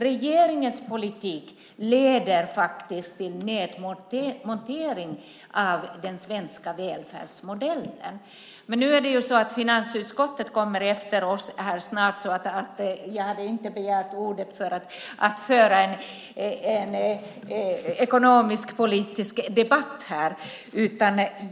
Regeringens politik leder till nedmontering av den svenska välfärdsmodellen. Finansutskottet kommer efter oss och jag begärde inte ordet för att föra en ekonomisk-politisk debatt.